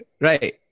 right